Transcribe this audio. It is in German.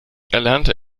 erlernte